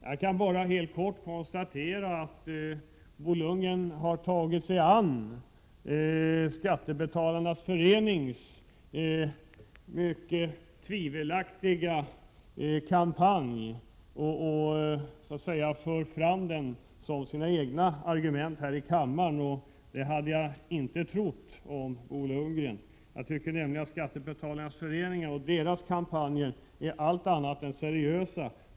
Jag kan bara konstatera att Bo Lundgren har tagit sig an Skattebetalarnas förenings mycket tvivelaktiga kampanj och för fram denna förenings argument som sina egna här i kammaren. Det hade jag inte trott om Bo Lundgren. Jag tycker nämligen att Skattebetalarnas förening och deras kampanjer är allt annat än seriösa.